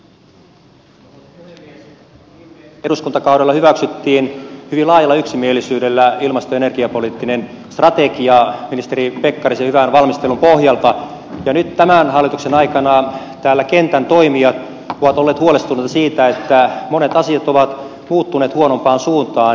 viime eduskuntakaudella hyväksyttiin hyvin laajalla yksimielisyydellä ilmasto ja energiapoliittinen strategia ministeri pekkarisen hyvän valmistelun pohjalta ja nyt tämän hallituksen aikana täällä kentän toimijat ovat olleet huolestuneita siitä että monet asiat ovat muuttuneet huonompaan suuntaan